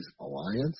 Alliance